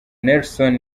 nelson